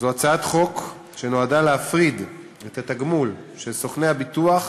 זו הצעת חוק שנועדה להפריד את התגמול של סוכני הביטוח